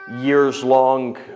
years-long